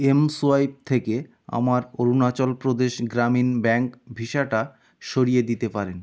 mSwipe থেকে আমার Arunachal Pradesh Gramin bank ভিসাটা সরিয়ে দিতে পারেন